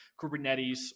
Kubernetes